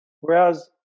whereas